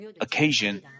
occasion